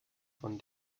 von